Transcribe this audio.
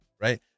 right